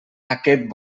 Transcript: aquest